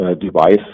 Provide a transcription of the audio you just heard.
device